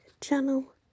channel